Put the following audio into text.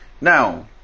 now